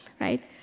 right